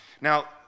Now